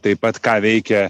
taip pat ką veikia